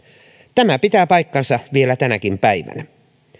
tämä pitää paikkansa vielä tänäkin päivänä